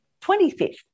25th